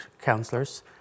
councillors